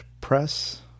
Press